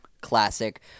classic